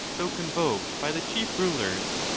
though convoked by the chief rulers,